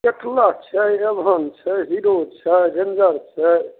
Atlas छै Avon छै Hero छै रेंजर छै